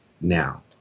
now